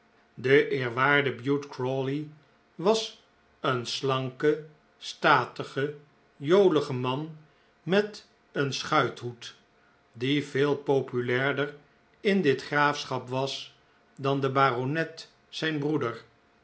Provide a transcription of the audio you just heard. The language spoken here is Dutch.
e eerwaarde bute crawley was een slanke statige jolige man met een schuithoed die veel populairder in dit graafschap was dan de baronet zijn broeder